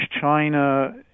China